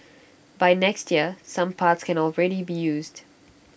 by next year some parts can already be used